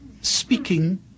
speaking